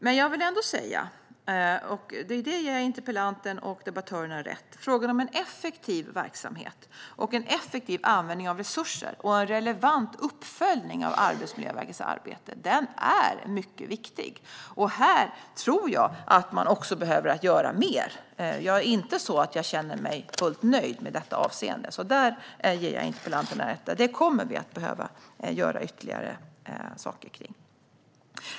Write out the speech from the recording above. Jag vill dock ändå säga - och här ger jag interpellanten och debattörerna rätt - att frågan om en effektiv verksamhet och resursanvändning och en relevant uppföljning av Arbetsmiljöverkets arbete är mycket viktig. Här tror jag att man också behöver göra mer. Jag känner mig inte fullt nöjd i detta avseende, så där ger jag interpellanten rätt. Vi kommer att behöva göra ytterligare saker här.